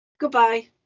Goodbye